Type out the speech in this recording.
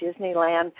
disneyland